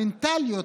המנטליות,